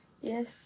Yes